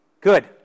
Good